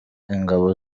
ingabo